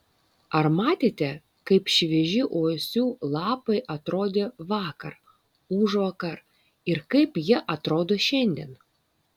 ar matėte kaip švieži uosių lapai atrodė vakar užvakar ir kaip jie atrodo šiandien